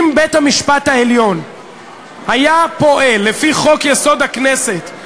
אם בית-המשפט העליון היה פועל לפי חוק-יסוד: הכנסת,